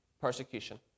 persecution